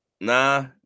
Nah